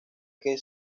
que